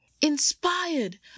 Inspired